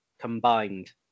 combined